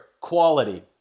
quality